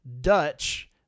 Dutch